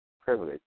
privilege